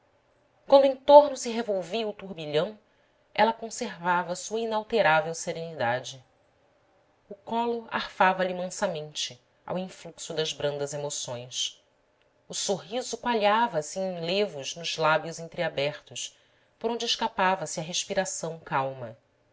quando em torno se revolvia o turbilhão ela conservava sua inalterável serenidade o colo arfavalhe mansamente ao in fluxo das brandas emoções o sorriso coalhava se em enle vos nos lábios entreabertos por onde escapava se a respiração calma